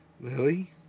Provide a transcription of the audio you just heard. Lily